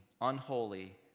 unholy